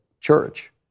church